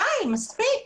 די, מספיק.